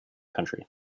county